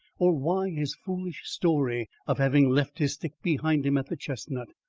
or why his foolish story of having left his stick behind him at the chestnut?